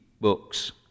Books